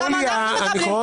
--- יוליה, אני קורא אותך לסדר.